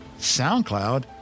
SoundCloud